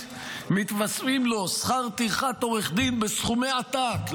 מתווספים לו שכר טרחת עורך דין בסכומי עתק,